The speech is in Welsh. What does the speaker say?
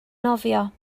nofio